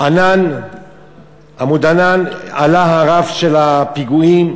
"עמוד ענן" עלה הרף של הפיגועים,